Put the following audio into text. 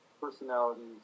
personalities